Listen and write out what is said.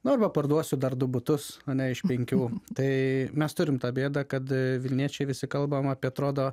nu arba parduosiu dar du butus ane iš penkių tai mes turim tą bėdą kad vilniečiai visi kalbam apie atrodo